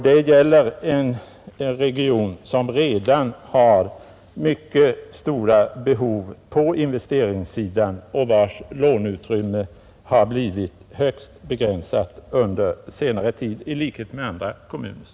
Det gäller en region som redan har mycket stora behov på investeringssidan och vars låneutrymme har blivit högst begränsat under senare tid, i likhet med andra kommuners.